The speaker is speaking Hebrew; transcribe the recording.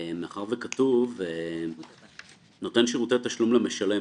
מאחר וכתוב "נותן שירותי תשלום למשלם,